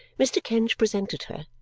mr. kenge presented her,